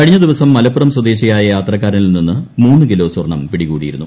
കഴിഞ്ഞ ദിവസം മലപ്പുറം സ്വദേശിയായ യാത്രക്കാരനിൽ നിന്ന് മൂന്ന് കിലോ സ്വർണ്ണം പിടികൂടിയിരുന്നു